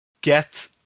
get